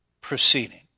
proceeding